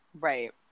right